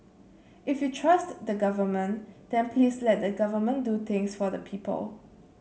if you trust the Government then please let the Government do things for the people